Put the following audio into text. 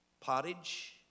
Pottage